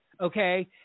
okay